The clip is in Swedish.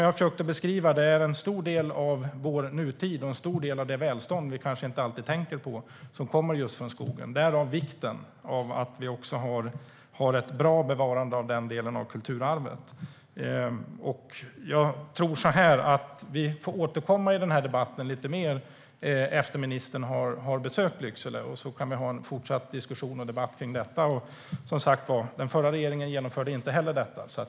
Skogen är en stor del av vår nutid, och en stor del av det välstånd vi kanske inte alltid tänker på kommer från skogen. Därför är det viktigt att ha ett bra bevarande av den delen av kulturarvet. Vi får återkomma till debatten efter det att ministern har besökt Lycksele. Då kan vi ha en fortsatt diskussion. Som sagt, den förra regeringen genomförde inte heller detta.